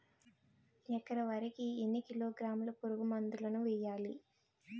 ఎకర వరి కి ఎన్ని కిలోగ్రాముల పురుగు మందులను వేయాలి?